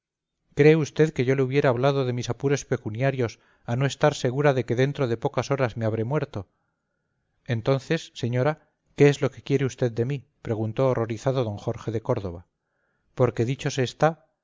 cree usted que yo le hubiera hablado de mis apuros pecuniarios a no estar segura de que dentro de pocas horas me habré muerto entonces señora qué es lo que quiere usted de mí preguntó horrorizado d jorge de córdoba porque dicho se está